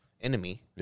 enemy